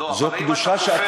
אבל אם אתה יודע שזה לא,